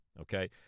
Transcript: okay